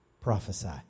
prophesy